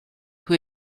who